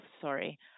Sorry